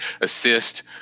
assist